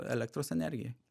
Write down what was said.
elektros energijai